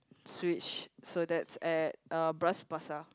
Switch so that's at uh Bras-Basah